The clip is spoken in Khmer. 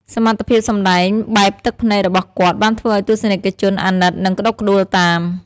សមត្ថភាពសម្ដែងបែបទឹកភ្នែករបស់គាត់បានធ្វើឱ្យទស្សនិកជនអាណិតនិងក្ដុកក្ដួលតាម។